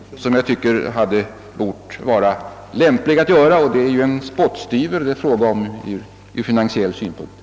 Jag anser att man borde lösa frågan på detta sätt, och ur finansiell synpunkt gäller det en spottstyver.